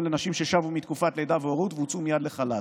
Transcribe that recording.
לנשים ששבו מתקופת לידה והורות והוצאו מייד לחל"ת.